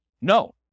No